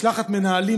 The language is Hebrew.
משלחת המנהלים,